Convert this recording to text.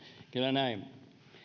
näin